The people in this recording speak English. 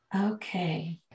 Okay